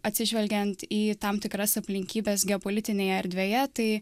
atsižvelgiant į tam tikras aplinkybes geopolitinėje erdvėje tai